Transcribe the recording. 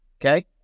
okay